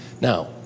Now